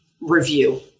review